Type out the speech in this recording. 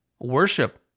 worship